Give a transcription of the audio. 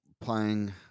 playing